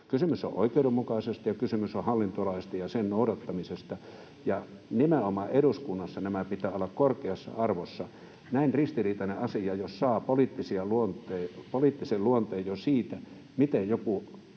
Kysymys on oikeudenmukaisuudesta, ja kysymys on hallintolaista ja sen noudattamisesta, ja nimenomaan eduskunnassa näiden pitää olla korkeassa arvossa. Näin ristiriitainen asia jos saa poliittisen luonteen jo siitä, miten joku